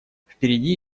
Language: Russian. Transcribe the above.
впереди